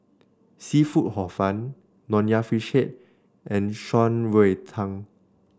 seafood Hor Fun Nonya Fish Head and Shan Rui Tang